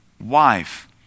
wife